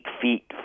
feet